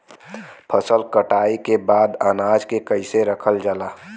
फसल कटाई के बाद अनाज के कईसे रखल जाला?